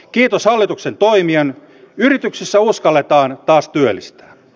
kiitos hallituksen toimien yrityksissä uskalletaan taas työllistää